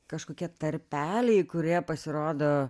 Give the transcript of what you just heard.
kažkokie tarpeliai kurie pasirodo